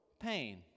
pain